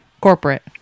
Corporate